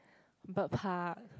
bird park